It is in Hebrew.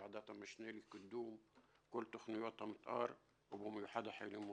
בוועדת המשנה לקידום כל תוכניות המתאר ובמיוחד החיילים המשוחררים.